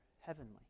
heavenly